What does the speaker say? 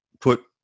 put